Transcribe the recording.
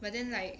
but then like